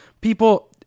people